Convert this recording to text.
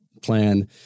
plan